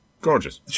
gorgeous